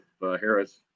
Harris